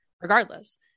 regardless